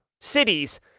cities